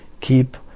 keep